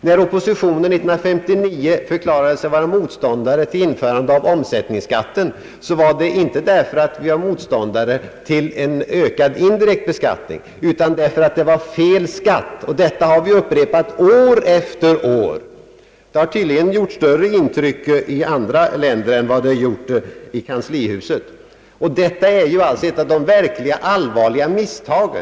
När oppositionen år 1959 förklarade sig vara motståndare till ett införande av omsättningsskatten skedde det inte därför att vi var motståndare till en ökad indirekt beskattning utan därför att det var fel skatt. Detta har vi upprepat år efter år. Det har tydligen gjort större intryck i andra länder än vad det har gjort i kanslihuset. Detta är ju ett av de verkligt allvarliga misstagen.